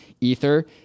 Ether